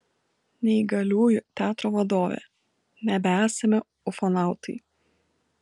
neįgaliųjų teatro vadovė nebesame ufonautai